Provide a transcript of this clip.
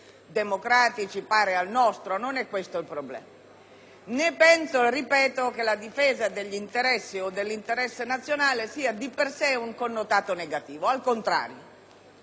democratici pari al nostro. Non è questo il problema, né - ripeto - penso che la difesa degli interessi o dell'interesse nazionale sia di per sé un connotato negativo; al contrario.